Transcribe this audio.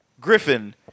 Griffin